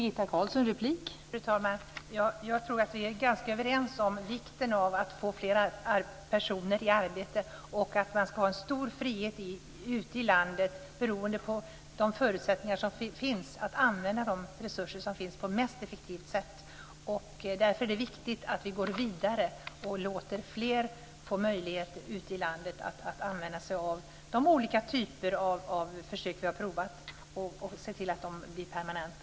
Fru talman! Jag tror att vi är ganska överens om vikten av att få fler personer i arbete och att man ska ha stor frihet ute i landet, beroende på förutsättningarna, att använda de medel som finns på mest effektivt sätt. Därför är det viktigt att vi går vidare och låter fler ute i landet få möjlighet att använda sig av de olika typer av försök som har provats och att man ser till att de blir permanenta.